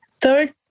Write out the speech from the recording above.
Third